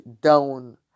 down